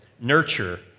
nurture